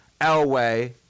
Elway